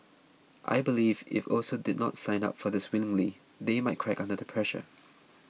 I believe if also did not sign up for this willingly they might crack under the pressure